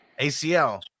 ACL